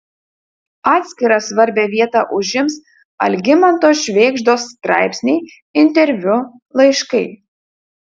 atskirą svarbią vietą užims algimanto švėgždos straipsniai interviu laiškai